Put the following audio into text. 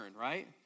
right